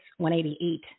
188